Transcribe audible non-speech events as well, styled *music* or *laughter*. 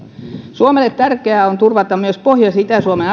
suomelle tärkeää on turvata myös pohjois ja itä suomen *unintelligible*